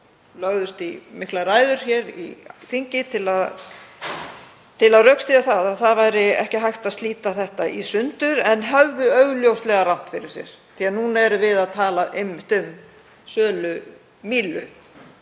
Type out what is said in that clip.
lögðust í miklar ræður hér í þingi til að rökstyðja að það væri ekki hægt að slíta þetta í sundur en höfðu augljóslega rangt fyrir sér því að núna erum einmitt við að tala um sölu Mílu.